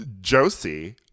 Josie